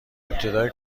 ابتدای